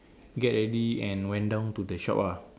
get ready and went down to the shop ah